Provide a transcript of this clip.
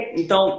então